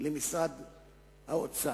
למשרד האוצר,